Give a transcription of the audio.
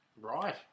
Right